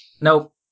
Nope